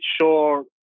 sure